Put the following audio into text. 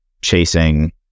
chasing